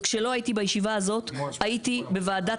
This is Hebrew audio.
כשלא הייתי בישיבה הזאת הייתי בוועדת